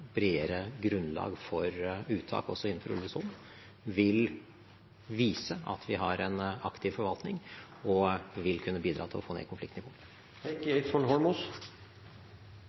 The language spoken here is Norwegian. bredere grunnlag for uttak, også innenfor ulvesonen, vil vise at vi har en aktiv forvaltning, og vil kunne bidra til å få ned konfliktnivået.